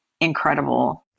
incredible